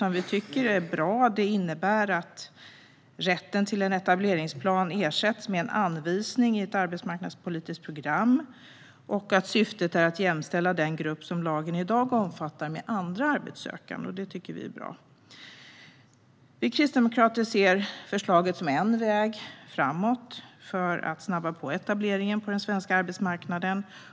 Vi tycker att det är bra. Det innebär att rätten till en etableringsplan ersätts med en anvisning i ett arbetsmarknadspolitiskt program. Och syftet är att jämställa den grupp som lagen i dag omfattar med andra arbetssökande. Det tycker vi är bra. Vi kristdemokrater ser förslaget som en väg framåt, för att snabba på etableringen på den svenska arbetsmarknaden.